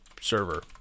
server